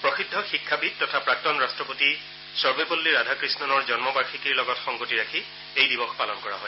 প্ৰসিদ্ধ শিক্ষাবিদ তথা প্ৰাক্তন ৰাট্টপতি সৰ্বেপল্লী ৰাধাকৃষ্ণৰ জন্ম বাৰ্ষিকীৰ লগত সংগতি ৰাখি এই দিৱস পালন কৰা হয়